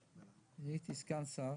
לילדים הייתי סגן שר